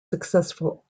successful